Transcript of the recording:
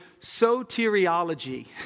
soteriology